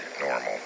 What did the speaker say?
normal